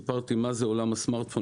סיפרתי מה זה עולם הסמארטפון,